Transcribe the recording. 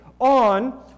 on